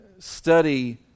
study